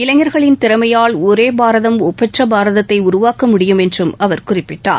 இளைஞர்களின் திறமையால் ஒரே பாரதம் ஒப்பற்ற பாரதத்தை உருவாக்க முடியும் என்றும் அவர் குறிப்பிட்டார்